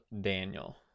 Daniel